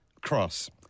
cross